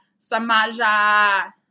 Samaja